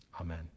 Amen